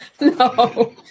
No